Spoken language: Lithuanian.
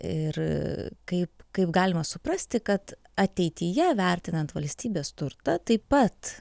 ir kaip kaip galima suprasti kad ateityje vertinant valstybės turtą taip pat